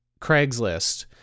Craigslist